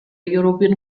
european